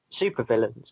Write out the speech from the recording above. supervillains